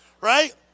right